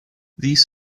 these